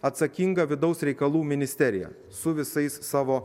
atsakinga vidaus reikalų ministerija su visais savo